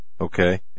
Okay